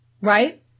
Right